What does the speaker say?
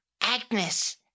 Agnes